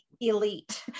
elite